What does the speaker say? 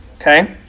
okay